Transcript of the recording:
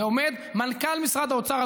ועומד מנכ"ל משרד האוצר,